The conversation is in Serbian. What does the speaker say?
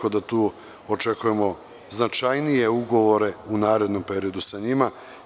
Očekujemo značajnije ugovore u narednom periodu sa njima.